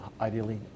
ideally